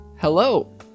Hello